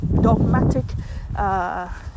dogmatic